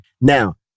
Now